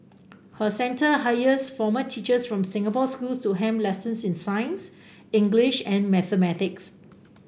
her center hires former teachers from Singapore schools to helm lessons in science English and mathematics